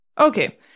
Okay